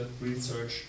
research